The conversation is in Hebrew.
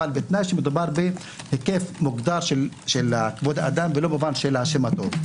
בתנאי שמדובר בהיקף מוגדר של כבוד האדם ולא במובן של השם הטוב.